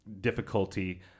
difficulty